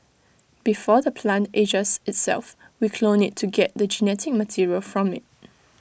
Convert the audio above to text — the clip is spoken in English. before the plant ages itself we clone IT to get the genetic material from IT